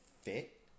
fit